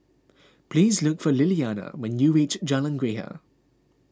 please look for Lilianna when you reach Jalan Greja